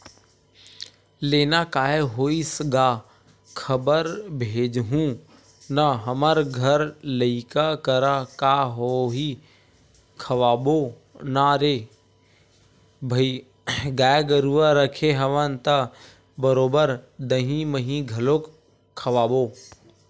लेना काय होइस गा खबर भेजहूँ ना हमर घर लइका करा का होही खवाबो ना रे भई गाय गरुवा रखे हवन त बरोबर दहीं मही घलोक खवाबो